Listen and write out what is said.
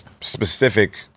specific-